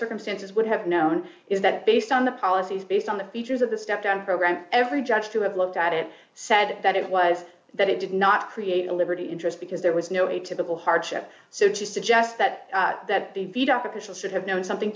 circumstances would have known is that based on the policies based on the features of the stepdown program every judge who have looked at it said that it was that it did not create a liberty interest because there was no a typical hardship so to suggest that that be beat up officials should have known something